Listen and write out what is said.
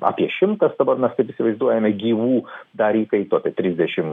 apie šimtas dabar mes taip įsivaizduojame gyvų dar įkaitų apie trisdešim